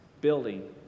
building